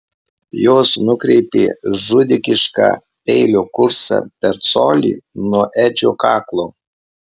jos nukreipė žudikišką peilio kursą per colį nuo edžio kaklo